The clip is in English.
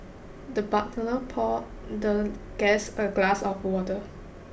the butler poured the guest a glass of water